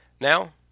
Now